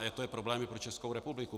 Je to problém i pro Českou republiku.